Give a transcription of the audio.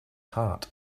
heart